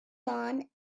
dawn